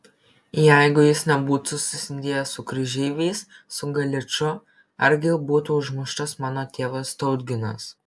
jeigu jis nebūtų susidėjęs su kryžeiviais su galiču argi būtų užmuštas mano tėvas tautginas